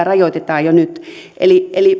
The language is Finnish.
rajoitetaan jo nyt eli eli